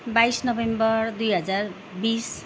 बाइस नोभेम्बर दुई हजार बिस